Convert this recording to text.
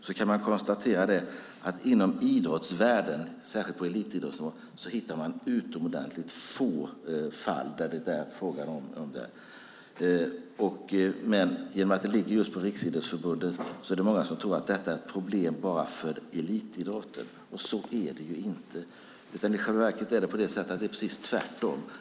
Vi kan konstatera att inom idrottsvärlden, särskilt på elitidrottsnivå, hittar man utomordentligt få fall där det är fråga om dopning. Men genom att det ligger på Riksidrottsförbundet tror många att detta bara är ett problem för elitidrotten. Så är det inte. I själva verket är det precis tvärtom.